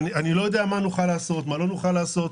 אני לא יודע מה נוכל לעשות, מה לא נוכל לעשות.